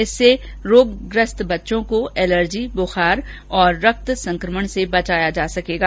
इससे रोगग्रस्त बच्चों को एलर्जी बुखार और रक्त संक्रमण से बचाया जा सकेगा